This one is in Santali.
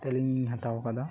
ᱛᱮᱞᱤᱧ ᱦᱟᱛᱟᱣ ᱟᱠᱟᱫᱟ